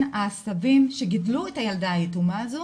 העשבים שגידלו את הילדה היתומה הזו,